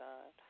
God